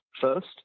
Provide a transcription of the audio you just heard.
first